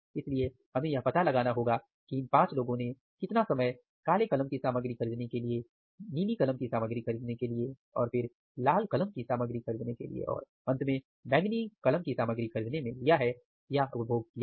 इसलिए हमें यह पता लगाना होगा कि इन 5 लोगों ने कितना समय काले कलम की सामग्री खरीदने के लिए नीले कलम की सामग्री खरीदने के लिए और फिर लाल कलम की सामग्री खरीदने के लिए और अंत में बैंगनी कलम की सामग्री खरीदने में लिया है या उपभोग किया है